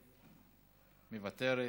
מוותרת,